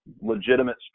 legitimate